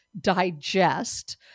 digest